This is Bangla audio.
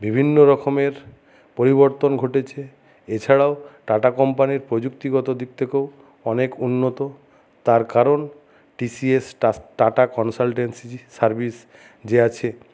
বিভিন্ন রকমের পরিবর্তন ঘটেছে এছাড়াও টাটা কম্পানির প্রযুক্তিগত দিক থেকেও অনেক উন্নত তার কারণ টিসিএস টাটা কনসালটেন্সি সার্ভিস যে আছে